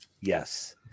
Yes